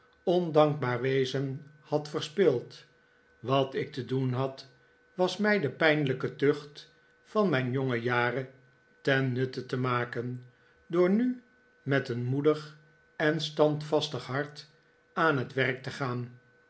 ondankbaar wezen had verspild wat ik te doen had was mij de pijnlijke tucht van mijn jonge jaren ten nutte te maken door nu met een moedig en standvastig hart aan het werk te gaan